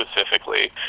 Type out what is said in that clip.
specifically